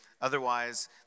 Otherwise